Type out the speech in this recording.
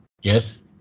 yes